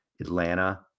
Atlanta